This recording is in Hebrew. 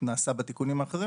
נעשה בתיקונים האחרים.